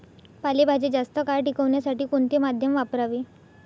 पालेभाज्या जास्त काळ टिकवण्यासाठी कोणते माध्यम वापरावे?